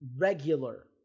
regular